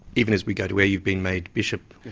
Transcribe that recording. even as we go to air you've been made bishop.